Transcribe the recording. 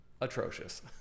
atrocious